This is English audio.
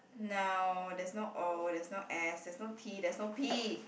no there's no O there's no S there's no T there's no P